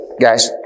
guys